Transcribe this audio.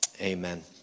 amen